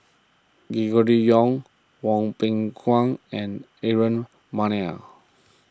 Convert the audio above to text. Gregory Yong Hwang Peng Kuan and Aaron Maniam